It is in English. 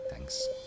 Thanks